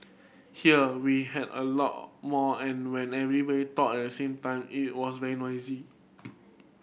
here we had a lot more and when every we talked at the same time it was very noisy